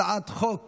הצעת חוק